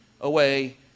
away